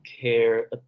care